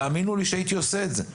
תאמינו לי שהייתי עושה את זה.